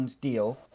deal